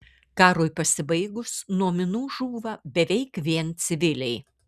karui pasibaigus nuo minų žūva beveik vien civiliai